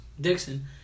Dixon